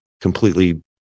completely